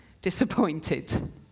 disappointed